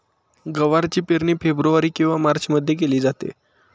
गवारची पेरणी फेब्रुवारी किंवा मार्चमध्ये केली जाते